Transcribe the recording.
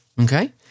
Okay